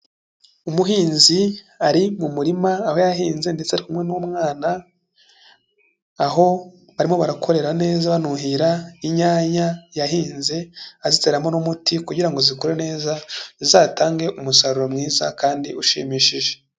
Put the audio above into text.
Umuhinzi ari mu murima aho yahinze ndetse ari kumwe n'umwana, aho barimo barakorera neza banuhira inyanya yahinze aziteramo n'umuti kugira ngo zikure neza, zizatange umusaruro mwiza kandi ushimishije.